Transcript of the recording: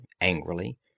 angrily